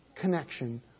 connection